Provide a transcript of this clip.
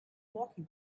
walking